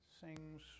sings